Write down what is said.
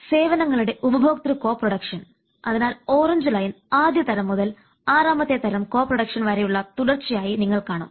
അപ്പോൾ സേവനങ്ങളുടെ ഉപഭോക്തൃ കൊ പ്രൊഡക്ഷൻ അതിനാൽ ഓറഞ്ച് ലൈൻ ആദ്യ തരം മുതൽ ആറാമത്തെ തരം കൊ പ്രൊഡക്ഷൻ വരെയുള്ള തുടർച്ചയായി നിങ്ങൾ കാണും